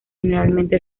generalmente